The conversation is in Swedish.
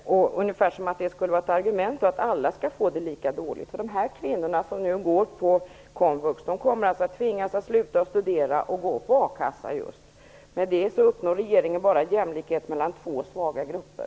Det verkar som om det skulle vara ett argument för att alla skall få det lika dåligt. De här kvinnorna som nu studerar på komvux kommer att tvingas sluta studera och gå på a-kassa i stället. I och med detta uppnår regeringen bara jämlikhet mellan två svaga grupper.